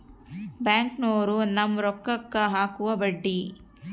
ಬ್ಯಾಂಕ್ನೋರು ನಮ್ಮ್ ರೋಕಾಕ್ಕ ಅಕುವ ಬಡ್ಡಿ